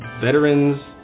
veterans